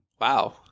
Wow